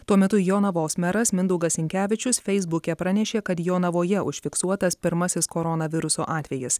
tuo metu jonavos meras mindaugas sinkevičius feisbuke pranešė kad jonavoje užfiksuotas pirmasis koronaviruso atvejis